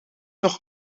nog